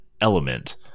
element